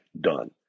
done